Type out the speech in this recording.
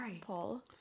Paul